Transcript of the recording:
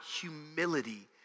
humility